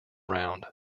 round